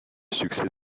succès